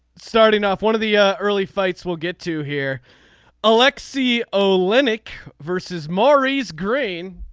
starting off one of the early fights we'll get to hear alexi olynyk versus maurice green.